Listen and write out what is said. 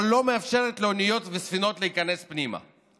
לא מאפשרת לאוניות וספינות להיכנס פנימה.